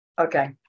Okay